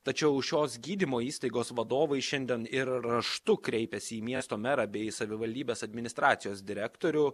tačiau šios gydymo įstaigos vadovai šiandien ir raštu kreipėsi į miesto merą bei savivaldybės administracijos direktorių